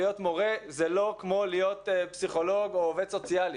להיות מורה זה לא כמו להיות פסיכולוג או עובד סוציאלי.